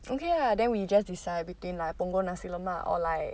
okay lah then we just decide between like punggol nasi lemak or like